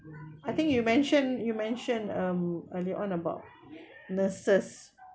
I think you mention you mention um earlier on about nurses